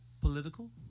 political